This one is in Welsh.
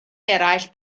eraill